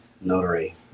notary